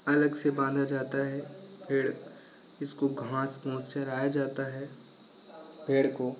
अलग से बाँधा जाता है भेड़ इसको घास फूस चराया जाता है भेड़ को